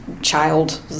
Child